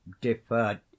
Deferred